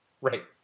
Right